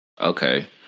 Okay